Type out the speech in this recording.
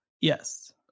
Yes